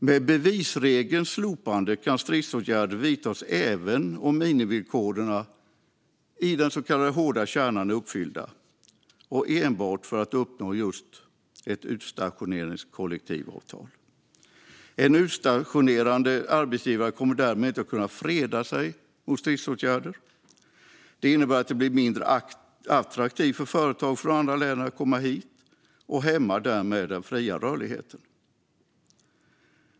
Med bevisregelns slopande kan stridsåtgärder vidtas även om minimivillkoren i den så kallade hårda kärnan är uppfyllda och enbart för att uppnå just ett utstationeringskollektivavtal. En utstationerande arbetsgivare kommer därmed inte att kunna freda sig mot stridsåtgärder. Det innebär att det blir mindre attraktivt för företag från andra länder att komma hit, och det hämmar därmed den fria rörligheten.